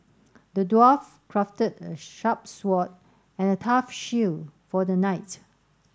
the dwarf crafted a sharp sword and a tough shield for the knight